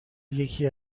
یکی